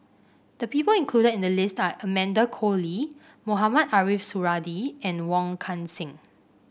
the people included in the list are Amanda Koe Lee Mohamed Ariff Suradi and Wong Kan Seng